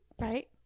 right